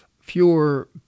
fewer